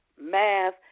math